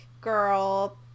girl